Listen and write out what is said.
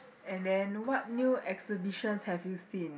and then what new exhibitions have you seen